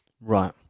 right